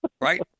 right